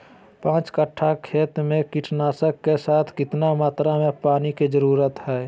पांच कट्ठा खेत में कीटनाशक के साथ कितना मात्रा में पानी के जरूरत है?